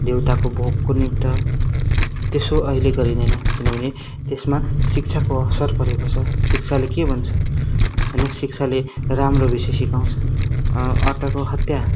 देउताको भोगको निमित त्यसो अहिले गरिँदैन किनभने त्यसमा शिक्षाको असर परेको छ शिक्षाले के भन्छ होइन शिक्षाले राम्रो विषय सिकाउँछ अर्काको हत्या